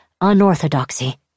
unorthodoxy